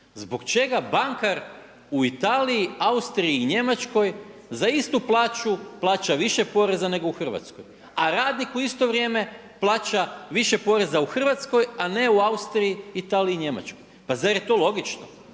zbog čega bankar u Italiji, Austriji i Njemačkoj za istu plaću plaća više poreza nego u Hrvatskoj? A radnik u isto vrijeme plaća više poreza u Hrvatskoj a ne u Austriji, Italiji i Njemačkoj? Pa zar je to logično?